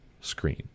screen